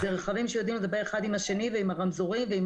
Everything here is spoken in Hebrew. רכבים שיודעים לדבר אחד עם השני ועם הרמזורים ועם